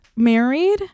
married